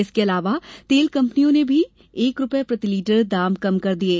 इसके अलावा तेल कंपनियां ने भी एक रुपये प्रति लीटर दाम कम कर दिये